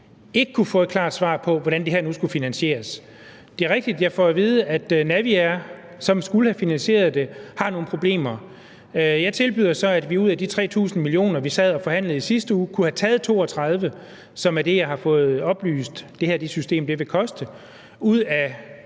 ikke kunne få et klart svar på, hvordan det her nu skulle finansieres. Det er rigtigt, at jeg får at vide, at Naviair, som skulle have finansieret det, har nogle problemer. Jeg tilbyder så, at vi ud af de 300 mio. kr., vi sad og forhandlede i sidste uge, kunne have taget 32 mio. kr., som er det, jeg har fået oplyst det her system vil koste, ud af